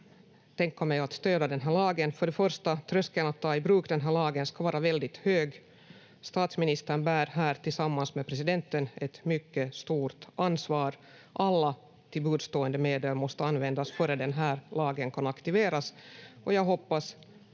tänka mig att stöda den här lagen. För det första, tröskeln att ta i bruk den här lagen ska vara väldigt hög. Statsministern bär här tillsammans med presidenten ett mycket stort ansvar. Alla till buds stående medel måste användas före den här lagen kan aktiveras,